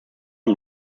und